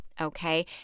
okay